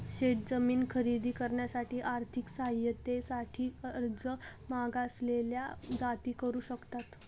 शेत जमीन खरेदी करण्यासाठी आर्थिक सहाय्यते साठी अर्ज मागासलेल्या जाती करू शकतात